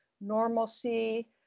normalcy